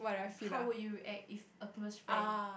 how would you react if a close friend